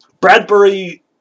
Bradbury